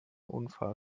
unfall